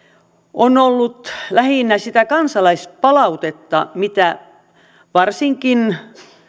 on ollut lähinnä sitä kansalaispalautetta mitä varsinkin